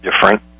different